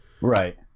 Right